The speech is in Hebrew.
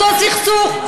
אותו סכסוך.